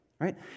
Right